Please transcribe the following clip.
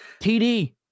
TD